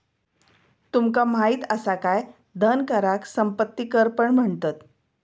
तुमका माहित असा काय धन कराक संपत्ती कर पण म्हणतत?